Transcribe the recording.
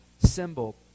symbol